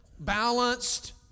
Balanced